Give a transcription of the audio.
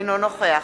אינו נוכח